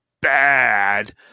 bad